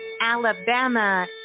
Alabama